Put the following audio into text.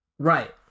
Right